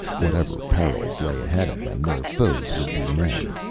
whatever perils lay ahead of them, their foes would be men.